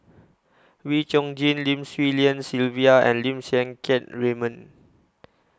Wee Chong Jin Lim Swee Lian Sylvia and Lim Siang Keat Raymond